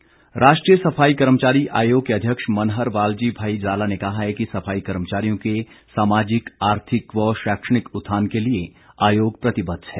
आयोग राष्ट्रीय सफाई कर्मचारी आयोग के अध्यक्ष मनहर वालजी भाई ज़ाला ने कहा है कि सफाई कर्मचारियों के सामाजिक आर्थिक व शैक्षणिक उत्थान के लिए आयोग प्रतिबद्ध है